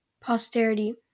posterity